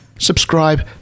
subscribe